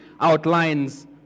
outlines